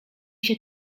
się